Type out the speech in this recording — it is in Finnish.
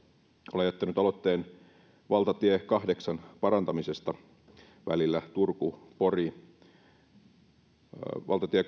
olen jättänyt aloitteen valtatie kahdeksan parantamisesta välillä turku pori valtatie